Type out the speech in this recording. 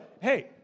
hey